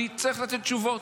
ויצטרך לתת תשובות.